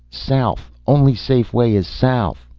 south only safe way is south!